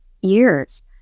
years